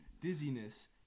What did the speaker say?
Dizziness